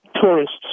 Tourists